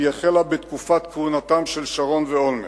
היא החלה בתקופת כהונתם של שרון ואולמרט.